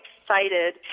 excited